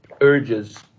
urges